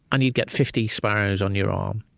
and you'd get fifty sparrows on your arm.